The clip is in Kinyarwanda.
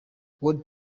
world